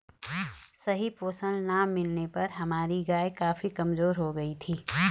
सही पोषण ना मिलने पर हमारी गाय काफी कमजोर हो गयी थी